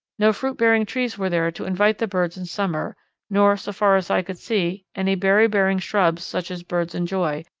no fruit-bearing trees were there to invite the birds in summer nor, so far as i could see, any berry-bearing shrubs such as birds enjoy,